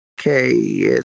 okay